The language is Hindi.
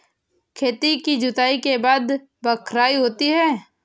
खेती की जुताई के बाद बख्राई होती हैं?